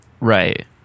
Right